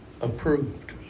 approved